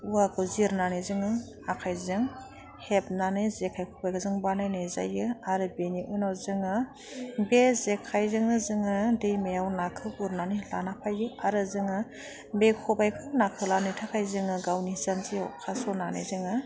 औवाखौ जिरनानै जोङो आखाइजों हेबनानै जेखाय खबाइखौ जों बानायनाय जायो आरो बिनि उनाव जोङो बे जेखायजोंनो जोङो दैमायाव नाखौ गुरनानै लाना फैयो आरो जोङो बे खबाइखौ नाखौ लानो थाखाय जोङो गावनि जान्जियाव खास'नानै जोङो